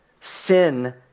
Sin